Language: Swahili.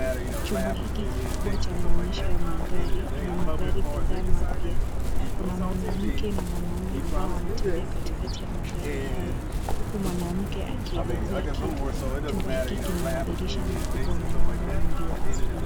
Chumba hiki kikubwa cha maonyesho ya magari ina magari kadhaa mapya na kuna mwanamke na mwanaume ambao wanatembea katikati ya magari hayo huku mwanamke akielezea kitu. Chumba hiki kina madirisha makubwa na mwanga mwingi wa asili.